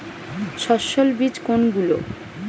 সস্যল বীজ কোনগুলো?